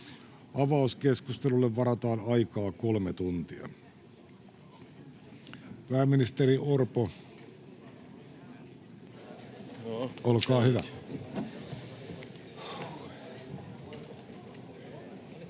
Avauskeskustelulle varataan aikaa kolme tuntia. — Pääministeri Orpo, olkaa hyvä.